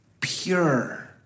pure